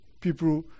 People